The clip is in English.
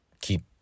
keep